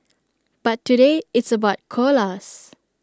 but today it's about koalas